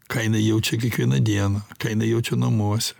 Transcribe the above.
ką jinai jaučia kiekvieną dieną ką jinai jaučia namuose